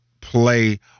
play